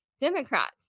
democrats